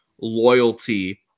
loyalty